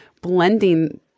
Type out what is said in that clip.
blending